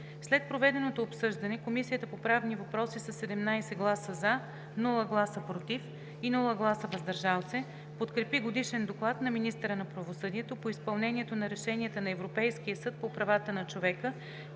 След проведеното обсъждане Комисията по правни въпроси със 17 гласа „за”, без „против“ и „въздържал се” подкрепи Годишен доклад на министъра на правосъдието по изпълнението на решенията на Европейския съд по правата на човека